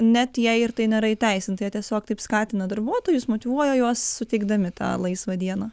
net jei ir tai nėra įteisinta jie tiesiog taip skatina darbuotojus motyvuoja juos suteikdami tą laisvą dieną